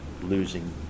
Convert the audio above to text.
losing